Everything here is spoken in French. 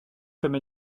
comme